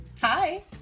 Hi